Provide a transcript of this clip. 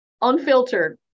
unfiltered